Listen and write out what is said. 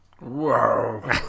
Whoa